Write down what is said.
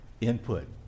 input